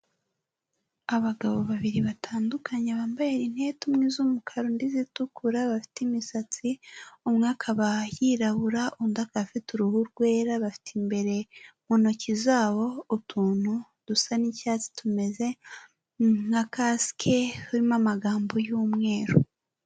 Abagabo babiri batandukanye bambaye rinete umwe z'umukara undi izitukura bafite imisatsi, umwe akaba yirabura undi akaba afite uruhu rwera, bafite imbere mu ntoki zabo utuntu dusa n'icyatsi tumeze nka kasike harimo amagambo y'umweru.